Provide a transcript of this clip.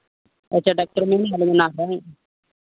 ᱟᱪᱪᱷᱟ ᱰᱟᱠᱛᱟᱨ ᱵᱟᱹᱵᱩ ᱚᱱᱟ ᱦᱳᱭ